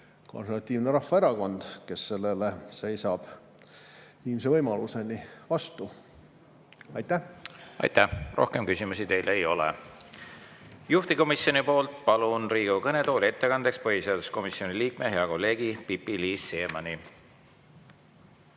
Konservatiivne Rahvaerakond, kes sellele seisab viimse võimaluseni vastu. Aitäh! Rohkem küsimusi teile ei ole. Juhtivkomisjoni poolt palun Riigikogu kõnetooli ettekandeks põhiseaduskomisjoni liikme, hea kolleegi Pipi-Liis Siemanni.